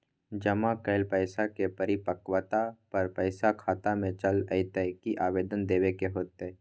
जमा कैल पैसा के परिपक्वता पर पैसा खाता में चल अयतै की आवेदन देबे के होतै?